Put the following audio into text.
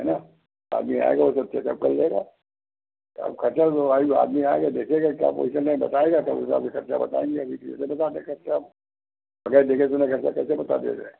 है न आदमी आएगा वह सब चेकअप कर लेगा तो अब खर्चा जो भाई आदमी आएगा देखेगा क्या पॉजीसन है बताएगा तब उस हिसाब से खर्चा बताएंगे अभी कैसे बता दें खर्चा आपको बगैर देखे सुने कैसे खर्चा बता दिया जाए